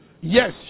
Yes